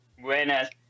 Buenas